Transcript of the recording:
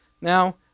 Now